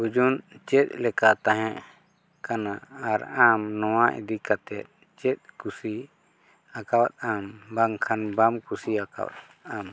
ᱵᱩᱡᱩᱱ ᱪᱮᱫᱞᱮᱠᱟ ᱛᱟᱦᱮᱸ ᱠᱟᱱᱟ ᱟᱨ ᱟᱢ ᱱᱚᱣᱟ ᱤᱫᱤ ᱠᱟᱛᱮᱫ ᱪᱮᱫ ᱠᱩᱥᱤ ᱟᱠᱟᱣᱟᱫᱼᱟᱢ ᱵᱟᱝᱠᱷᱟᱱ ᱵᱟᱢ ᱠᱩᱥᱤᱣᱟᱠᱟᱫᱼᱟᱢ